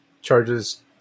charges